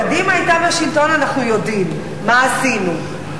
קדימה היתה בשלטון, אנחנו יודעים מה עשינו.